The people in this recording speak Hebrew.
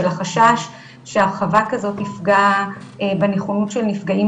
של החשש שהרחבה כזאת תפגע בנכונות של הנפגעים